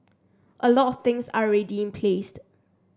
a lot things are already in place